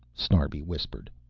snarbi whispered,